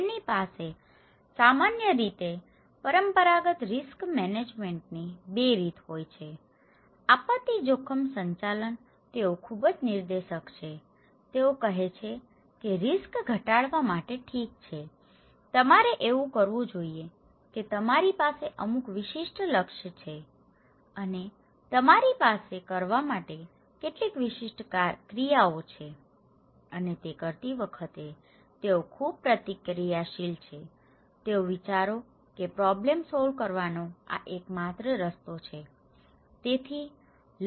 તેમની પાસે સામાન્ય રીતે પરંપરાગત રીસ્ક મેનેજમેન્ટની 2 રીત હોય છે આપત્તિ જોખમ સંચાલન તેઓ ખૂબ જ નિર્દેશક છે તેઓ કહે છે કે રીસ્ક ઘટાડવા માટે ઠીક છે તમારે એવું કરવું જોઈએ કે તમારી પાસે અમુક વિશિષ્ટ લક્ષ્યો છે અને તમારી પાસે કરવા માટે કેટલીક વિશિષ્ટ ક્રિયાઓ છે અને તે કરતી વખતે તેઓ ખૂબ પ્રતિક્રિયાશીલ છે તેઓ વિચારો કે પ્રોબ્લેમ સોલ્વ કરવાનો આ એકમાત્ર રસ્તો છે